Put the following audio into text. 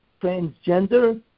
transgender